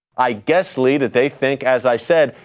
i guess lee, that they think as i said,